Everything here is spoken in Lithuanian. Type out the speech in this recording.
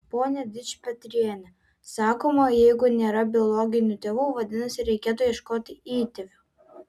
pone dičpetriene sakoma jeigu nėra biologinių tėvų vadinasi reikėtų ieškoti įtėvių